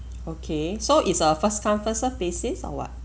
okay so it's a first come first served basis or what